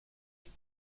nous